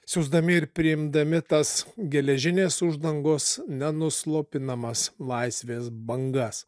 siųsdami ir priimdami tas geležinės uždangos nenuslopinamas laisvės bangas